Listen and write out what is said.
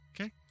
Okay